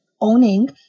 owning